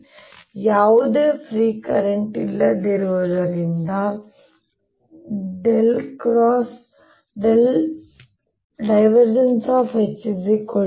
ಮತ್ತೆ ಯಾವುದೇ free current ಇಲ್ಲದಿರುವುದರಿಂದ ನಾನು